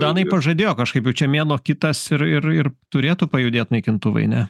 danai pažadėjo kažkaip ir čia mėnuo kitas ir ir ir turėtų pajudėt naikintuvai ne